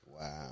Wow